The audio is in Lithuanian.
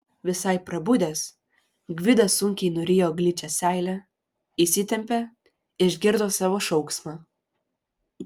visai prabudęs gvidas sunkiai nurijo gličią seilę įsitempė išgirdo savo šauksmą